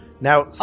Now